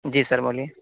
جی sir بولیے